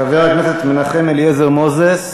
חבר הכנסת מנחם אליעזר מוזס,